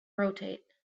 rotate